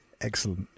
excellent